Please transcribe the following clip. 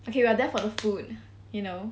okay we are there for the food you know